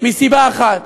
מסיבה אחת: